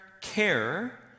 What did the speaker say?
care